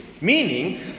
meaning